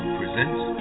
presents